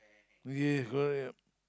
we why am